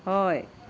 हय